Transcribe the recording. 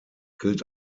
gilt